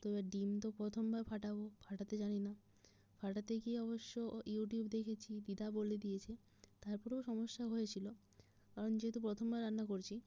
তো এবার ডিম তো প্রথম বার ফাটাব ফাটাতে জানি না ফাটাতে গিয়ে অবশ্য ইউটিউব দেখেছি দিদা বলে দিয়েছে তার পরেও সমস্যা হয়েছিল কারণ যেহেতু প্রথমবার রান্না করছি